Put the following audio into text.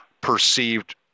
perceived